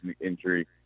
injury